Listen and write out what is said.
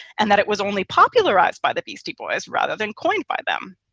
and that it was only popularized by the beastie boys rather than coined by them.